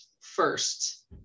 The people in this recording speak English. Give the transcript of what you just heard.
first